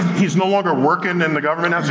he's no longer working in the government